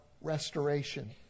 restoration